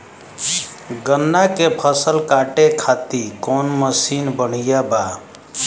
गन्ना के फसल कांटे खाती कवन मसीन बढ़ियां बा?